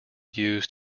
used